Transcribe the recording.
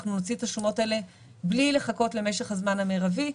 אנחנו נוציא את השומות האלה בלי לחכות למשך הזמן המרבי.